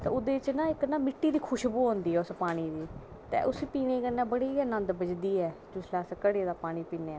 ते एह्दे च ना इक्क मिट्टी दी खूशबू आंदी ऐ पानी दी ते उसी पीने कन्नै बड़ी गै नंद बझदी ऐ ते इस बास्तै घड़े दा पानी पीना